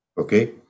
Okay